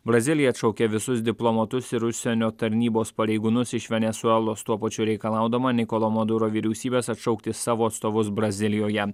brazilija atšaukė visus diplomatus ir užsienio tarnybos pareigūnus iš venesuelos tuo pačiu reikalaudama nikolo moduro vyriausybės atšaukti savo atstovus brazilijoje